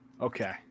Okay